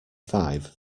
five